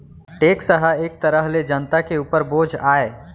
tax ह एक तरह ले जनता के उपर बोझ आय